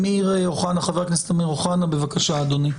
חבר הכנסת אמיר אוחנה, בבקשה אדוני.